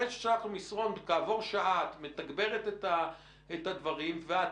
אחרי ששלחת לו מסרון כעבור שעה את מתגברת את הדברים ואת